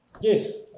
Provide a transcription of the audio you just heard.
Yes